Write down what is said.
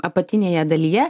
apatinėje dalyje